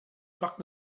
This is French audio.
parc